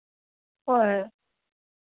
ꯍꯣꯏ